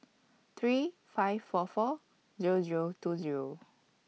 three five four four Zero Zero two Zero